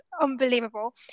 unbelievable